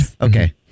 Okay